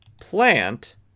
plant